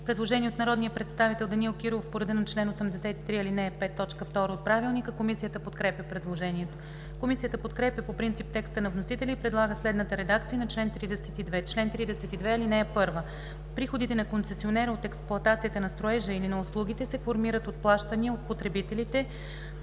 Предложение от народния представител Данаил Кирилов по реда на чл. 83, ал. 5, т. 2 от ПОДНС. Комисията подкрепя предложението. Комисията подкрепя по принцип текста на вносителя и предлага следната редакция на чл. 32: „Чл. 32. (1) Приходите на концесионера от експлоатацията на строежа или на услугите се формират от плащания от потребителите,